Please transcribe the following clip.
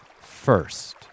first